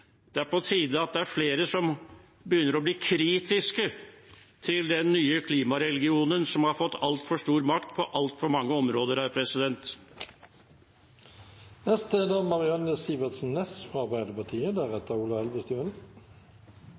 Det er på tide at det er flere som begynner å bli kritiske til den nye klimareligionen som har fått altfor stor makt på altfor mange områder.